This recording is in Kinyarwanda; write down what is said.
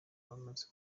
bamaze